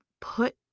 put